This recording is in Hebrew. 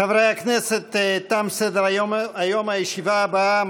(חברי הכנסת מכבדים בקימה את צאת נשיא המדינה מאולם המליאה.)